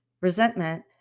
Resentment